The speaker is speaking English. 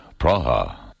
Praha